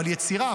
יצירה,